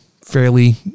fairly